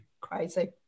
crazy